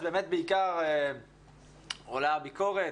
אז באמת בעיקר עולה ביקורת,